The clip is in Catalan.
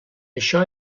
això